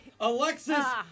Alexis